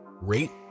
rate